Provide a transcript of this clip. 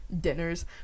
Dinners